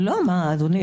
לא, אדוני.